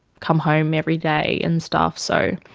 come home every day and stuff, so